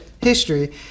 history